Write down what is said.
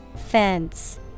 Fence